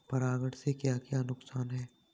परागण से क्या क्या नुकसान हैं?